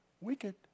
wicked